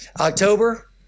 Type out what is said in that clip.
October